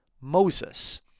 Moses